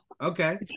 Okay